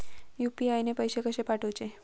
UPI ने पैशे कशे पाठवूचे?